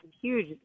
huge